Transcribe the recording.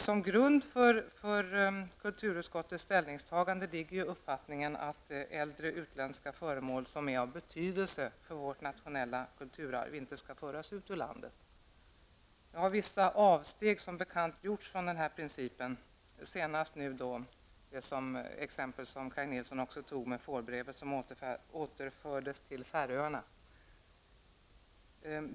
Som grund för kulturutskottets ställningstagande ligger uppfattningen att äldre utländska föremål som är av betydelse för vårt nationella kulturarv inte skall föras ut ur landet. Vissa avsteg har som bekant gjorts från den principen. Senast gällde det det exempel som Kaj Nilsson tog upp, med fårbrevet som återfördes till Färörarna.